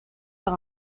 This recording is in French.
par